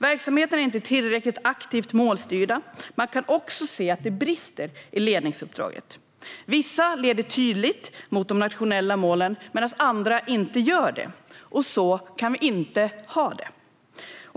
Verksamheterna är inte tillräckligt aktivt målstyrda. Man kan också se att det brister i ledningsuppdraget. Vissa leder tydligt mot de nationella målen medan andra inte gör det. Så kan vi inte ha det.